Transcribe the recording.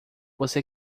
você